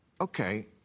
Okay